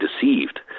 deceived